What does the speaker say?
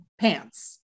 pants